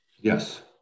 Yes